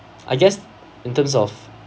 I guess in terms of